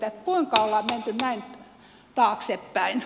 kuinka ollaan menty näin taaksepäin